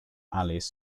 alice